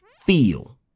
feel